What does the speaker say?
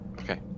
Okay